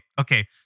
Okay